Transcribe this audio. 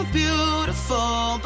beautiful